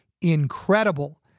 incredible